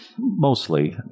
mostly